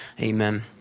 Amen